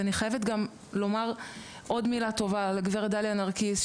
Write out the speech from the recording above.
ואני חייבת גם לומר עוד מילה טובה על הגברת דליה נרקיס,